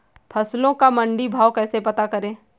फसलों का मंडी भाव कैसे पता करें?